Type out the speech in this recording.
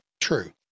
True